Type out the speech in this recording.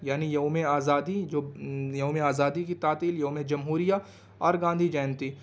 یعنی یوم آزادی جو یوم آزادی كی تعطیل یوم جمہوریہ اور گاندھی جینتی